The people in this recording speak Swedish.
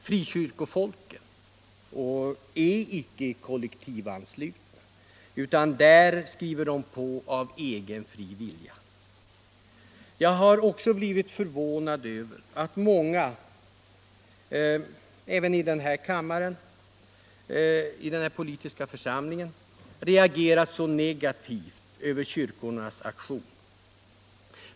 Frikyrkofolket är icke kollektivanslutet, utan medlemmarna skriver på av egen fri vilja. Jag har blivit förvånad över att många har reagerat så negativt inför kyrkornas aktion.